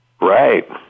Right